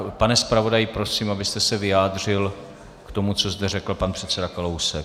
Pane zpravodaji, prosím, abyste se vyjádřil k tomu, co zde řekl pan předseda Kalousek.